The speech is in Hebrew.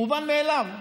מובן מאליו.